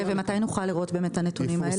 ומתי נוכל לראות את הנתונים האלה?